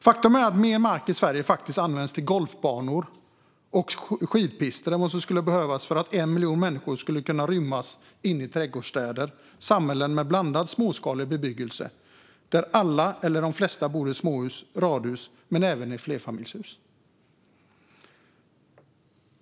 Faktum är att mer mark i Sverige används till golfbanor och skidpister än vad som skulle behövas för att 1 miljon människor skulle kunna rymmas i trädgårdsstäder, samhällen med blandad, småskalig bebyggelse, där alla eller de flesta bor i småhus och radhus men även i flerfamiljshus.